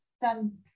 done